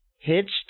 hitched